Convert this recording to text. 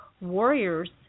warriors